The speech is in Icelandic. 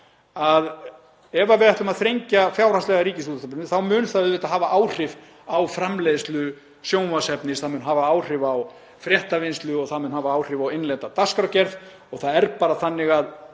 ef við ætlum að þrengja fjárhagslega að Ríkisútvarpinu mun það auðvitað hafa áhrif á framleiðslu sjónvarpsefnis, það mun hafa áhrif á fréttavinnslu og það mun hafa áhrif á innlenda dagskrárgerð. Það er bara þannig að